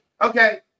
Okay